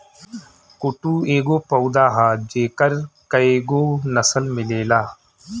कुटू एगो पौधा ह जेकर कएगो नसल मिलेला